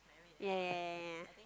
yea yea yea yea